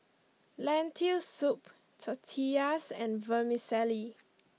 Lentil Soup Tortillas and Vermicelli